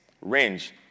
range